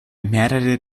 mehrere